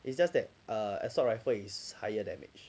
it's just that err assault rifle is higher damage